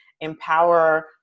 empower